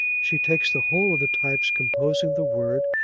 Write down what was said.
she takes the whole of the types composing the word,